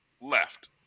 left